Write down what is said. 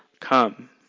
come